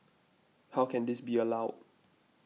how can this be allowed